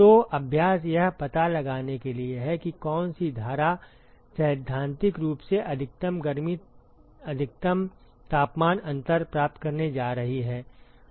तो अभ्यास यह पता लगाने के लिए है कि कौन सी धारा सैद्धांतिक रूप से अधिकतम गर्मी अधिकतम तापमान अंतर प्राप्त करने जा रही है